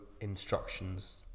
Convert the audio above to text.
instructions